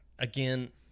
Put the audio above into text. Again